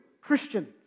Christians